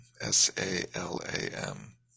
S-A-L-A-M